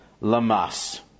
Lamas